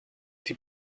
die